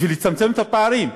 בשביל לצמצם את הפערים.